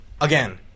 again